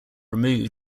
removed